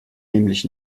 nämlich